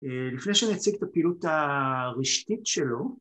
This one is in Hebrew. לפני שאני אציג את הפעילות הרשתית שלו